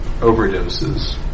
overdoses